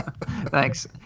Thanks